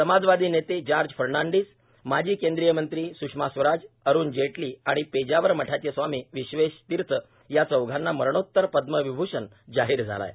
समाजवादी नेते जॉर्ज फर्नांडिस माजी केंद्रीय मंत्री स्षमा स्वराज अरुण जेटली आणि पेजावर मठाचे स्वामी विश्वेशतिर्थ या चौघांना मरणोत्तर पद्मविभूषण जाहीर झाला आहे